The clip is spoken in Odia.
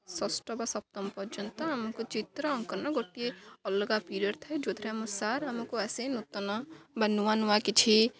ଷଷ୍ଠ ବା ସପ୍ତମ ପର୍ଯ୍ୟନ୍ତ ଆମକୁ ଚିତ୍ର ଅଙ୍କନ ଗୋଟିଏ ଅଲଗା ପିରିୟଡ଼୍ ଥାଏ ଯେଉଁଥିରେ ଆମ ସାର୍ ଆମକୁ ଆସି ନୂତନ ବା ନୂଆ ନୂଆ କିଛି